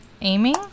aiming